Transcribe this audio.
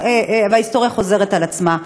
וההיסטוריה חוזרות על עצמן,